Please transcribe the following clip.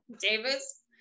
Davis